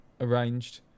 arranged